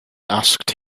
asked